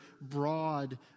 broad